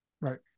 Right